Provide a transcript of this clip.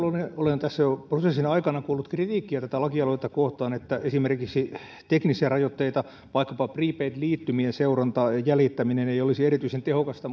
olen tässä jo prosessin aikana kuullut kritiikkiä tätä lakialoitetta kohtaan esimerkiksi teknisiä rajoitteita että vaikkapa prepaid liittymien seuranta ja jäljittäminen ei olisi erityisen tehokasta